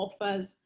offers